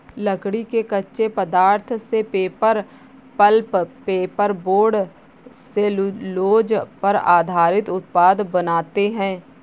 लकड़ी के कच्चे पदार्थ से paper, pulp, paper board, cellulose पर आधारित उत्पाद बनाते हैं